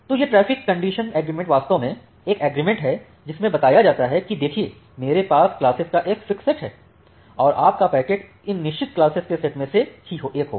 तो यह traffic condition agreement वास्तव में एक एग्रीमेंट है जिसमें बताया जाता है कि देखिए मेरे पास क्लासेज का फिक्स सेट है और आपका पैकेट इन निश्चित क्लासेज के सेट में से ही एक होगा